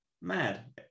mad